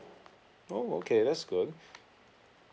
oh okay that's good